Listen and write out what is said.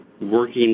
working